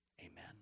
Amen